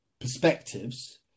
perspectives